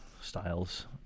styles